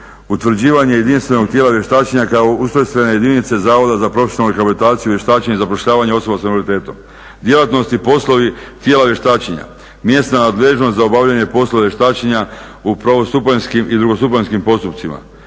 utvrđivanje jedinstvenog tijela vještačenja kao ustrojstvene jedinice Zavoda za profesionalnu rehabilitaciju i vještačenje i zapošljavanje osoba s invaliditetom, djelatnost i poslovi tijela vještačenja, mjesna nadležnost za obavljanje poslova vještačenja u prvostupanjskim i drugostupanjskim postupcima,